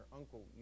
uncle